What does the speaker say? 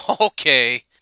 Okay